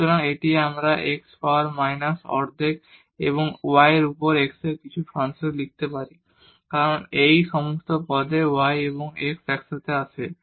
সুতরাং এটি আমরা x পাওয়ার মাইনাস অর্ধেক এবং y এর উপর x এর কিছু ফাংশন লিখতে পারি কারণ এই সমস্ত পদে y ও x একসাথে আসে